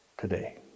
today